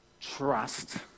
trust